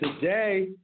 today